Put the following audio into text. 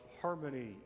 harmony